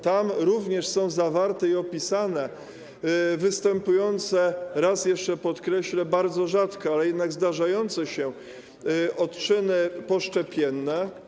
Tam również są zawarte, opisane występujące - jeszcze raz to podkreślę - bardzo rzadko, ale jednak zdarzające się odczyny poszczepienne.